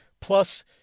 plus